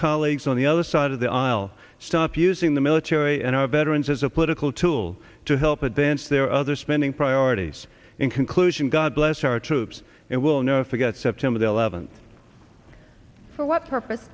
colleagues on the other side of the aisle stop using the military and our veterans as a political tool to help advance their other spending priorities in conclusion god bless our troops and will never forget september the eleventh for what purpose